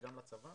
גם לצבא